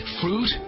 fruit